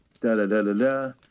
da-da-da-da-da